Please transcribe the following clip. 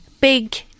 big